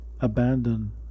abandon